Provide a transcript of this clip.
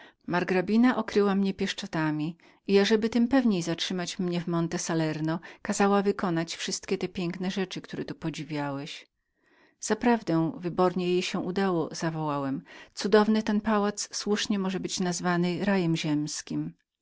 margrabina okryła mnie pieszczotami i ażeby tem pewniej zatrzymać mnie w monte salerno kazała wykonać wszystkie te piękne rzeczy które tu podziwiałeś zaprawdę wybornie jej się udało zawołałem cudowny ten pałac słusznie może być nazwany rajem ziemskim